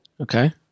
okay